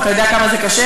אתה יודע כמה זה קשה?